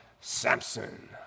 Samson